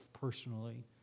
personally